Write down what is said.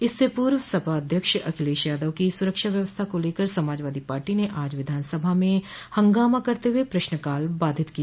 इससे पूर्व सपा अध्यक्ष अखिलेश यादव की सुरक्षा व्यवस्था को लेकर समाजवादी पार्टी ने आज विधानसभा में हंगामा करते हुए प्रश्नकाल बाधित किया